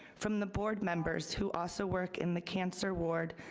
from the board members who also work in the cancer ward,